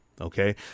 Okay